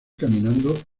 caminando